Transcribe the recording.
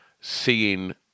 seeing